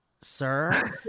sir